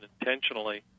intentionally